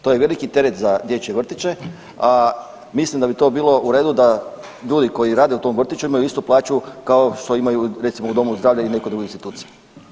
To je veliki teret za dječje vrtiće, a mislim da bi to bilo u redu da ljudi koji rade u tom vrtiću imaju istu plaću kao što imaju recimo u domu zdravlja ili nekoj drugoj instituciji.